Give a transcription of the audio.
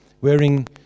wearing